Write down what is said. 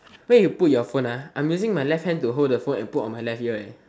where you put your phone ah I'm using my left hand to hold the phone and put on my left ear eh